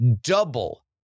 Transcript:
double